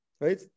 right